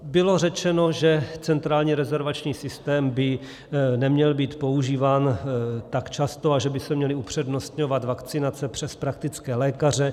Bylo řečeno, že centrální rezervační systém by neměl být používán tak často a že by se měly upřednostňovat vakcinace přes praktické lékaře.